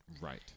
Right